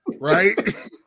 right